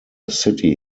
city